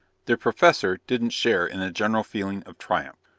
the professor didn't share in the general feeling of triumph.